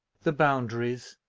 the boundaries,